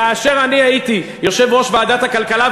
כאשר אני הייתי יושב-ראש ועדת הכלכלה,